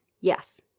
yes